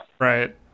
right